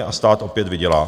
A stát opět vydělá.